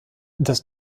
das